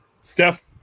steph